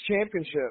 championship